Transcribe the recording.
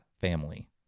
family